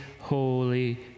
holy